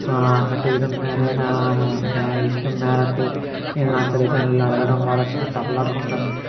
అటు విధంగానే నా నా ఇష్టం మేరకు నేను నా తల్లిదండ్రుల్ని అడుగడం వాళ్ళు చిన్న తబలా కొనడం